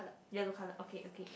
yellow colour okay okay